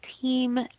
team